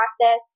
process